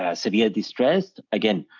ah severe distress. again,